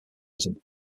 tourism